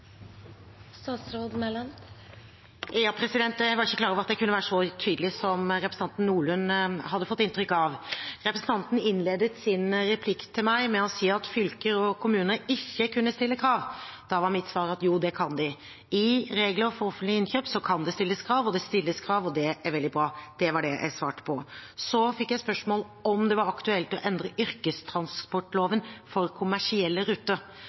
var ikke klar over at jeg kunne være så utydelig som representanten Nordlund hadde fått inntrykk av. Representanten innledet sin replikk til meg med å si at fylker og kommuner ikke kan stille krav, og da var mitt svar at jo, det kan de. I regler for offentlig innkjøp kan det stilles krav, og det stilles krav, og det er veldig bra. Det var det jeg svarte på. Så fikk jeg spørsmål om det var aktuelt å endre yrkestransportloven for kommersielle ruter.